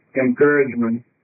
encouragement